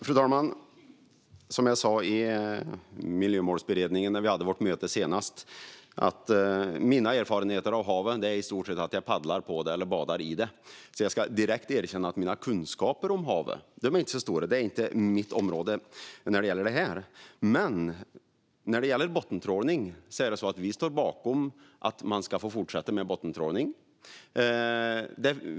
Fru talman! Som jag sa senast vi hade möte i Miljömålsberedningen är mina erfarenheter av haven i stort sett att jag paddlar på havet eller badar i det. Jag ska därför direkt erkänna att mina kunskaper om haven inte är så stora. Det är inte mitt område. Men när det gäller bottentrålning står vi bakom att man ska få fortsätta med den.